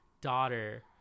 daughter